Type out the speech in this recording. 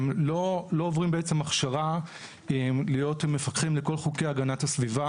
הם לא עוברים בעצם הכשרה להיות מפקחים לכל חוקי הגנת הסביבה?